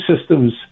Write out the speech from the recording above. systems